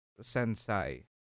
sensei